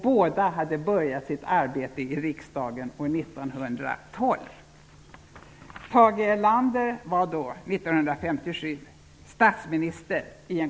Båda hade börjat sitt arbete i riksdagen år 1912.